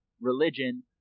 religion